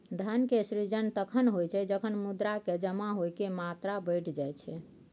धन के सृजन तखण होइ छै, जखन मुद्रा के जमा होइके मात्रा बढ़ि जाई छै